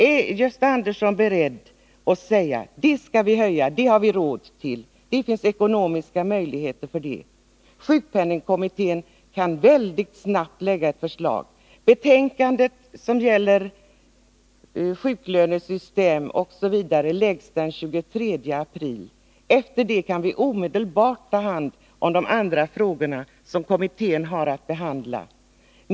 Är Gösta Andersson beredd att säga att vi skall höja den ersättningen — det har vi råd till, det finns ekonomiska möjligheter för det. Sjukpenningkommittén kan väldigt snabbt lägga fram ett förslag. Betänkandet som gäller sjuklönesystem osv. läggs fram den 23 april. Efter det kan vi omedelbart ta hand om de andra frågor som kommittén har att behandla.